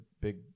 big